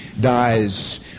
dies